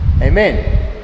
Amen